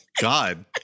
God